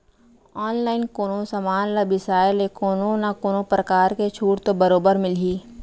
online कोनो समान ल बिसाय ले कोनो न कोनो परकार के छूट तो बरोबर मिलही